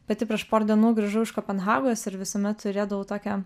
pati prieš porą dienų grįžau iš kopenhagos ir visuomet turėdavau tokią